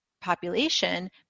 population